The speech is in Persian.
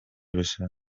بشه